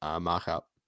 markup